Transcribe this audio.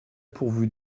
pourvue